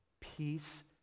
peace